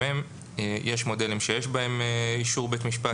של הכנסת - יש מודלים שיש בהם אישור בית משפט,